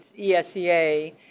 ESEA